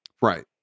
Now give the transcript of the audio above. Right